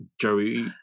Joey